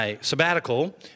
sabbatical